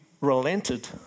relented